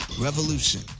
revolution